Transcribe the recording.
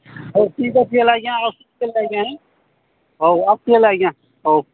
ହଉ ଠିକ୍ ଅଛି ହେଲା ଆଜ୍ଞା ଆର ସପ୍ତାହରୁ ରହିବି ଏଁ ହଉ ଆସୁଛି ହେଲା ଆଜ୍ଞା ହଉ